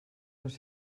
dos